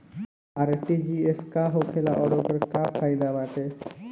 RTGS का होखेला और ओकर का फाइदा बाटे?